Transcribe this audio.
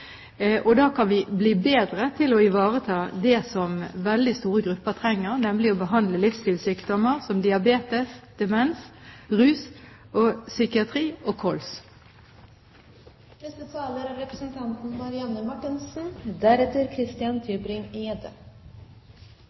Da kan vi bli bedre til å ivareta det som veldig store grupper trenger, nemlig å behandle livsstilssykdommer som diabetes, demens, rus, psykiatri og kols. Jeg vil bare gjøre det helt klart at for Oslo Arbeiderparti er